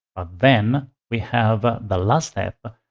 ah then we have the last step.